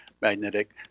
magnetic